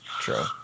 true